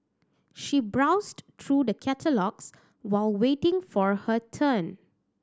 she browsed through the catalogues while waiting for her turn